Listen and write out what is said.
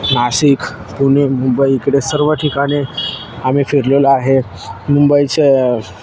नासिक पुणे मुंबई इकडे सर्व ठिकाणे आम्ही फिरलेलो आहे मुंबईचं